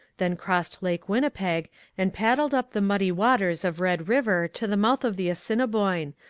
then crossed lake winnipeg and paddled up the muddy waters of red river to the mouth of the assiniboine,